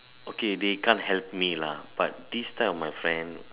okay they can't help me lah but this type of my friend